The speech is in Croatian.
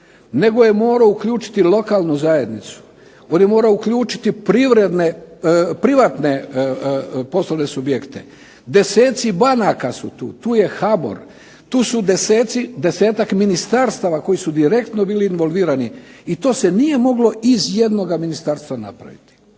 nego je morao uključiti lokalnu zajednicu, on je morao uključiti privredne, privatne poslovne subjekte, deseci banaka su tu, tu je HBOR, tu su deseci, desetak ministarstava koji su direktno bili involvirani i to se nije moglo iz jednoga ministarstva napraviti.